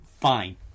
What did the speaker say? fine